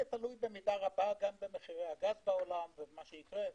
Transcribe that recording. זה יהיה תלוי במידה רבה גם במחירי הגז בעולם ובמה שיקרה.